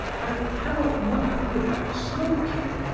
i cannot work without smoking,